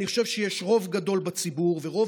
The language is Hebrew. אני חושב שיש רוב גדול בציבור ורוב